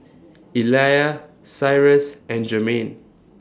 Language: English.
Elia Cyrus and Jermaine